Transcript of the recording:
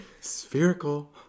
Spherical